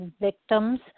victims